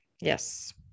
Yes